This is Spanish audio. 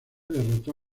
derrotó